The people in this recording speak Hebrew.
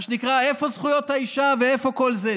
מה שנקרא, איפה זכויות האישה ואיפה כל זה?